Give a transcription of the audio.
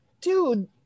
dude